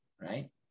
right